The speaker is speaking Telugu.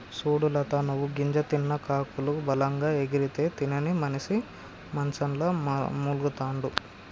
సూడు లత నువ్వు గింజ తిన్న కాకులు బలంగా ఎగిరితే తినని మనిసి మంచంల మూల్గతండాడు